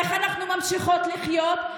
איך אנחנו ממשיכות לחיות?